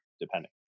depending